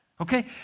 Okay